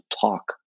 talk